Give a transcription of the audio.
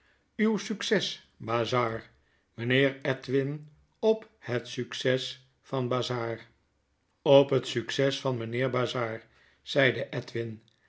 uw succes bazzard mynheer edwin op het succes van bazzard op het succes van den heer bazzard zeide edwin